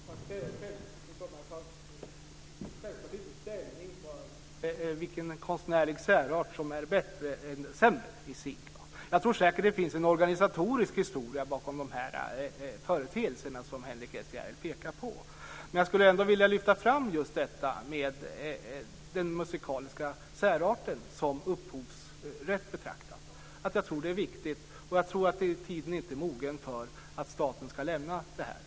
Fru talman! Jag tar självklart inte ställning till vilken konstnärlig särart som är bättre eller sämre. Jag tror säkert att det finns en organisatorisk historia bakom de företeelser som Henrik S Järrel pekar på. Men jag skulle ändå vilja lyfta fram just den musikaliska särarten som upphovsrätt betraktad. Jag tror att det är viktigt, och jag tror inte att tiden är mogen för staten att lämna detta ännu.